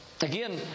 Again